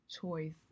choice